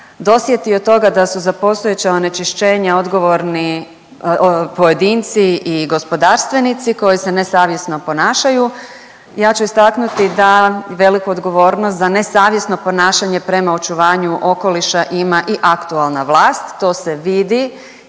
dosjetio toga da su za postojeća onečišćenja odgovorni pojedinci i gospodarstvenici koji se nesavjesno ponašaju, ja ću istaknuti da veliku odgovornost za nesavjesno ponašanje prema očuvanju okoliša ima i aktualna vlast, to se vidi